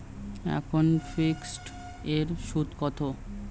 এখন ফিকসড এর সুদ কত?